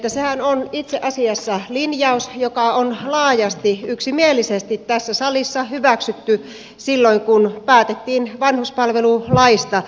sehän on itse asiassa linjaus joka on laajasti yksimielisesti tässä salissa hyväksytty silloin kun päätettiin vanhuspalvelulaista